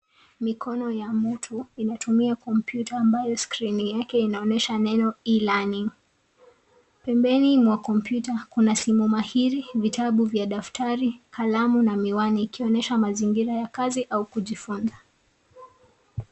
Mikono ya mtu inatumia kompyuta ambayo skrini yake inaonesha neno E-LEARNING. Pambeni mwa kompyuta kuna simu mahiri, vitabu vya daftari, kalamu na miwani ikonesha mazingira ya kazi au kujifunza.